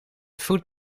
voet